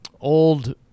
old